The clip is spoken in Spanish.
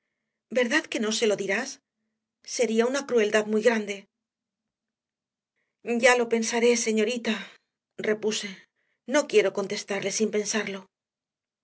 verdad que no se lo dirás sería una crueldad muy grande ya lo pensaré señorita repuse no quiero contestarle sin pensarlo